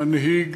מנהיג,